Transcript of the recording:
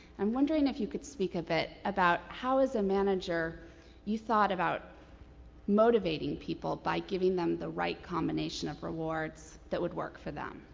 i'm wondering if you could speak a bit about how as a manager you thought about motivating people by giving them the right combination of rewards that would work for them.